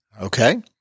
Okay